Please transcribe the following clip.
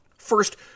First